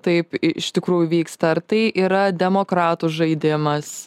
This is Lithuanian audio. taip iš tikrųjų vyksta ar tai yra demokratų žaidimas